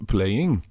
Playing